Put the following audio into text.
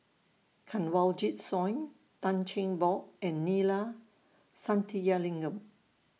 Kanwaljit Soin Tan Cheng Bock and Neila Sathyalingam